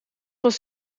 was